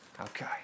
Okay